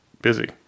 busy